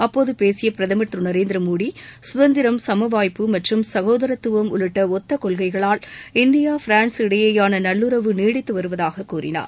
அப்போது பேசிய பிரதமர் திரு நரேந்திர மோடி கதந்திரம் சமவாய்ப்பு மற்றும் சகோதரத்துவம் உள்ளிட்ட ஒத்தக் கொள்கைகளால் இந்தியா பிரான்ஸ் இடையேயான நல்லுறவு நீடித்து வருவதாகக் அவர் கூறினார்